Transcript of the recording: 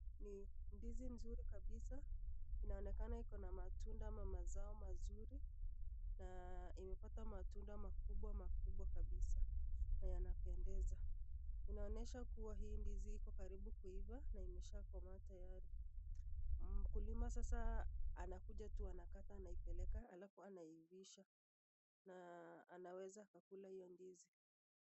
Ni ndizi nzuri kabisa ,inaonekana iko na matunda au mazao mazuri na imepata matunda makubwa kabisa na yana pendeza, inaoyesha ndizi iko karibu kuiva na imeshakoma tayari. Mkulima sasa anakuja tu anakata anaipeleka alafu anaiivisha na anaweza akakula hiyo ndizi.